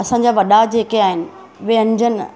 असांजा वॾा जेके आहिनि व्यंजन